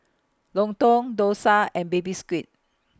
Lontong Dosa and Baby Squid